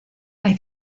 hay